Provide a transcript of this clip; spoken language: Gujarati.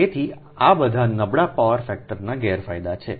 તેથી આ બધા નબળા પાવર ફેક્ટરના ગેરફાયદા છે